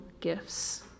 gifts